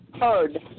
heard